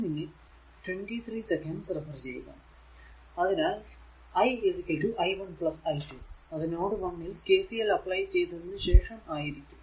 അതിനാൽ i i1 i2 അത് node 1 ൽ KCL അപ്ലൈ ചെയ്തതിനു ശേഷം ആയിരിക്കും